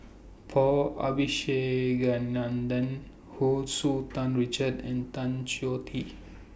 Paul Abisheganaden Hu Tsu Tan Richard and Tan Choh Tee